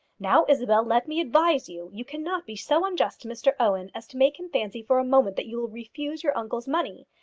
now, isabel, let me advise you. you cannot be so unjust to mr owen as to make him fancy for a moment that you will refuse your uncle's money.